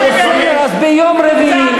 בסדר, אז ביום רביעי,